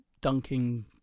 dunking